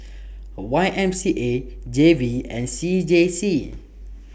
Y M C A G V and C J C